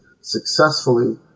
successfully